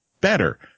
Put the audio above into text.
better